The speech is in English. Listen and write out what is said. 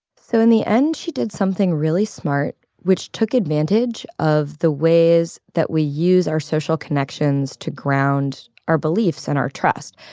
so in the end, she did something really smart, which took advantage of the ways that we use our social connections to ground our beliefs and our trust.